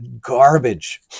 garbage